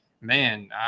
man